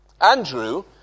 Andrew